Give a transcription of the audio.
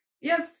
yes